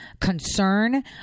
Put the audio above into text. concern